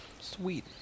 Sweet